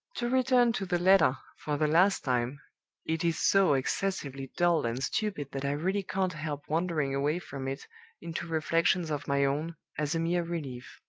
to return to the letter, for the last time it is so excessively dull and stupid that i really can't help wandering away from it into reflections of my own, as a mere relief.